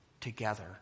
together